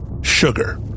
Sugar